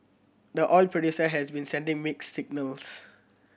the oil producer has been sending mixed signals